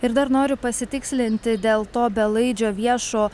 ir dar noriu pasitikslinti dėl to belaidžio viešo